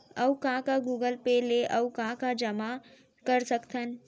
अऊ का का गूगल पे ले अऊ का का जामा कर सकथन?